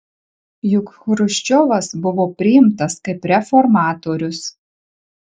juk chruščiovas buvo priimtas kaip reformatorius